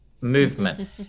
movement